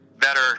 better